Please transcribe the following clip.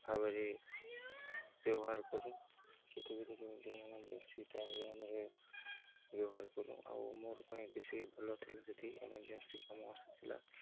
ଭାବରେ ବ୍ୟବହାର କରୁ କେତେବେଳେ କେମିତି ଏମରଜେନ୍ସି ଟାଇମ୍ରେେ ଆମର ବ୍ୟବହାର କରୁ ଆଉ ମୋର ପାଇଁ ବେଶୀ ଭଲ ଥିଲା ସେଠି ଏମରଜେନ୍ସି କାମ ଆସୁଥିଲା